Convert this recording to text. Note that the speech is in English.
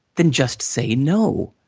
then just say no.